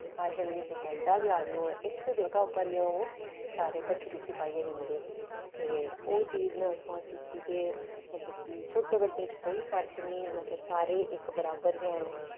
भिखारी शा लेइयै कोई बड्डा बी आदमी होऐ इक जगह् पर गै ओह् सारे किट्ठी रुट्टी पाइयै दिंदे ते ओह् चीज में उत्थुआं सिक्खी के मतलब कि छोटे बड्डे च कोई फर्क निं मतलब सारे इक बराबर गै न